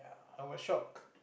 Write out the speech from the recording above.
I was shock